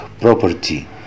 property